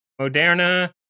Moderna